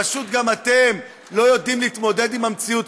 פשוט גם אתם לא יודעים להתמודד עם המציאות,